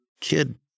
kid